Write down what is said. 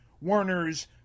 warners